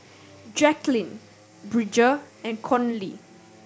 Jacqueline Bridger and Conley